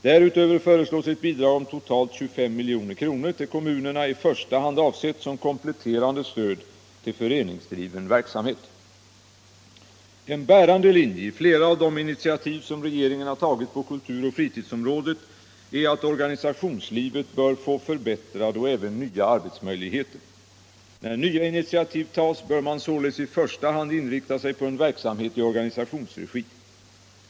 Därutöver föreslås ett bidrag om totalt 25 milj.kr. till 61 rikare fritid kommunerna, i första hand avsett som kompletterande stöd till föreningsdriven verksamhet. En bärande linje i flera av de initiativ som regeringen har tagit på kulturoch fritidsområdet är att organisationslivet bör få förbättrade och även nya arbetsmöjligheter. När nya initiativ tas bör man således i första hand inrikta sig på en verksamhet i organisationsregi.